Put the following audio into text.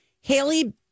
Haley